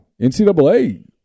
NCAA